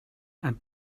and